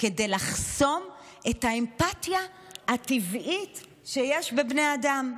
כדי לחסום את האמפתיה הטבעית שיש בבני אדם?